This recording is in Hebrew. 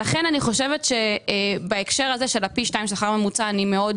לכן אני חושבת שבהקשר הזה של פי 2 שכר ממוצע אני מאוד